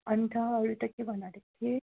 अन्त अरू त के भन्नु आँटेको थिएँ